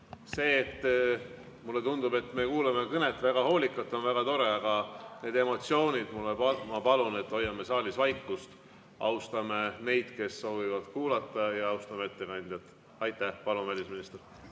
Mulle tundub, et me kuulame kõnet väga hoolikalt, ja see on väga tore, aga need emotsioonid – ma palun, et hoiame saalis vaikust. Austame neid, kes soovivad kuulata, ja austame ettekandjat. Aitäh! Palun, välisminister!